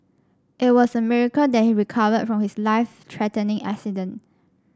it was a miracle that he recovered from his life threatening accident